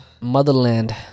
Motherland